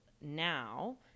now